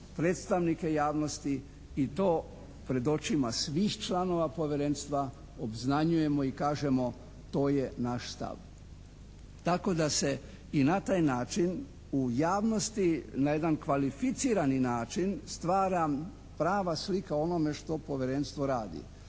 predstavnike javnosti i to pred očima svih članova povjerenstva, obznanjujemo ih i kažemo to je naš stav. Tako da se i na taj način u javnosti na jedan kvalificirani način stvara prava slika o onome što povjerenstvo radi